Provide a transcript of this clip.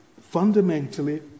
fundamentally